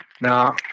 Now